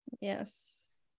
Yes